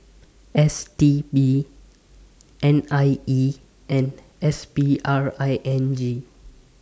S T B N I E and S P R I N G